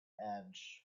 edge